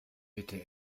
bitte